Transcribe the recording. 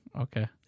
Okay